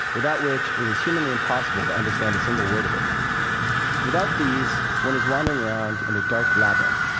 without which it is humanly impossible to understand a single word of it without these, one is wandering around in a dark labyrinth.